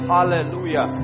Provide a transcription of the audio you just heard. Hallelujah